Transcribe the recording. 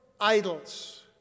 idols